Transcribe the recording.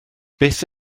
byth